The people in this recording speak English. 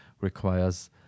requires